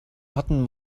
hatten